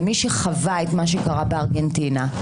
ומי שחווה את מה שקרה בארגנטינה,